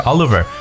Oliver